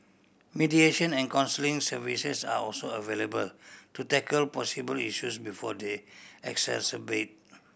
mediation and counselling services are also available to tackle possibly issues before they exacerbate